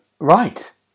Right